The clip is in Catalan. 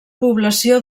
població